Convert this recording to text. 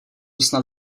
snad